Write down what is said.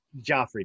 Joffrey